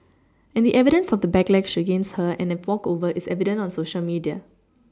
and the evidence of the backlash against her and a walkover is evident on Social media